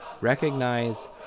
recognize